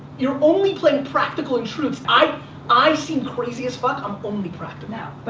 you're only playing practical and truths. i i seem crazy as fuck, i'm only practical. but